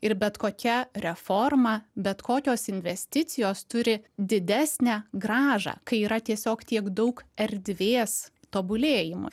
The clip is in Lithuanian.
ir bet kokia reforma bet kokios investicijos turi didesnę grąžą kai yra tiesiog tiek daug erdvės tobulėjimui